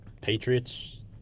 Patriots